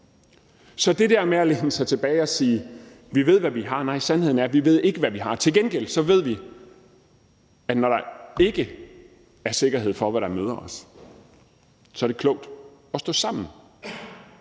Så det der med at læne sig tilbage og sige, at vi ved, hvad vi har, går ikke. Nej, sandheden er, at vi ikke ved, hvad vi har. Til gengæld ved vi, at når der ikke er sikkerhed for, hvad der møder os, så er det klogt at stå sammen.